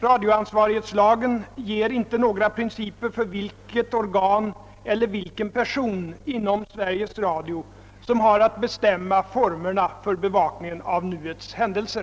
Radioansvarighetslagen ger inte några principer för vilket organ eller vilken person inom Sveriges Radio som har att bestämma formerna för bevakningen av nuets händelser.